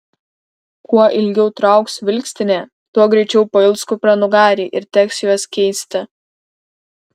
kuo ilgiau trauks vilkstinė tuo greičiau pails kupranugariai ir teks juos keisti